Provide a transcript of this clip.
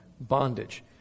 bondage